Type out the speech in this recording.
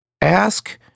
ask